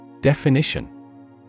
Definition